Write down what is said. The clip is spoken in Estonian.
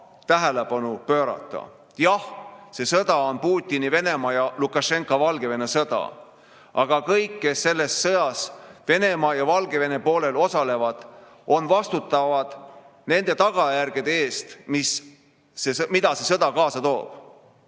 tähelepanu pöörata. Jah, see sõda on Putini Venemaa ja Lukašenka Valgevene sõda. Aga kõik, kes selles sõjas Venemaa ja Valgevene poolel osalevad, on vastutavad nende tagajärgede eest, mida see kaasa toob.